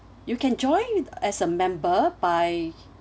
you can join as a member by